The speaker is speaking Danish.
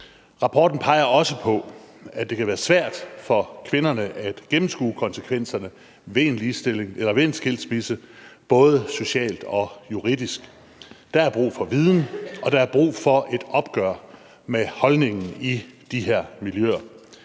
Rapporten peger også på, at det kan være svært for kvinderne at gennemskue konsekvenserne ved en skilsmisse, både socialt og juridisk. Der er brug for viden, og der er brug for et opgør med holdningen i de her miljøer.